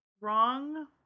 wrong